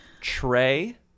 trey